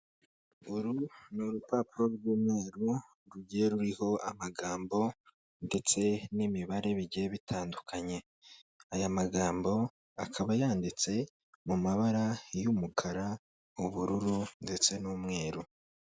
Uru ni urupapuro rw'umweru rugiye ruriho amagambo ndetse n'imibare bigiye bitandukanye, aya magambo akaba yanditse mu mabara y'umukara, ubururu ndetse n'umweru.